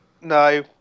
No